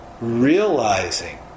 Realizing